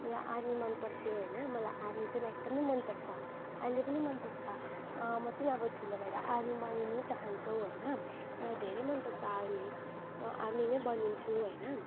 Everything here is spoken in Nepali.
मलाई आर्मी मन पर्थ्यो होइन मलाई आर्मी चाहिँ एकदम मन पर्छ अहिले पनि मन पर्छ म चाहिँ नि ठुलो भएर आर्मी बनिनु चाहन्छु होइन र मलाई धेरै मन पर्छ आर्मी म आर्मी नै बनिन्छु होइन